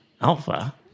Alpha